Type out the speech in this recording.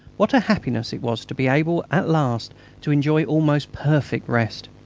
what a happiness it was to be able at last to enjoy almost perfect rest!